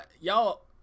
y'all